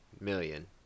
million